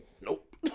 Nope